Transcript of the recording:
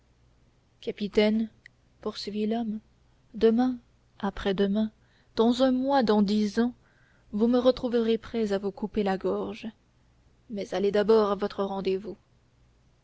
capitaine poursuivit l'homme demain après-demain dans un mois dans dix ans vous me retrouverez prêt à vous couper la gorge mais allez d'abord à votre rendez-vous